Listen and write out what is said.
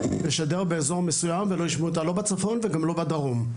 תשדר באזור מסוים ולא ישמעו אותה לא בצפון וגם לא בדרום.